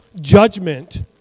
judgment